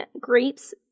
grapes